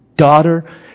Daughter